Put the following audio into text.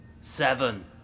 Seven